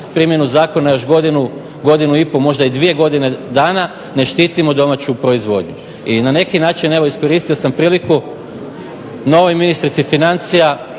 primjenu zakona još godinu, godinu i pol, možda i dvije godine dana. Ne štitimo domaću proizvodnju. I na neki način evo iskoristio sam priliku novoj ministrici financija